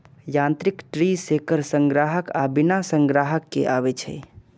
यांत्रिक tree shaker संग्राहक आ बिना संग्राहक के आबै छै